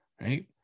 right